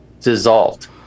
dissolved